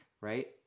right